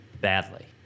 badly